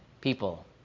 people